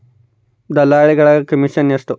ದಲ್ಲಾಳಿಗಳ ಕಮಿಷನ್ ಎಷ್ಟು?